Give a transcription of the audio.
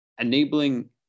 enabling